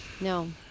No